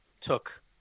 took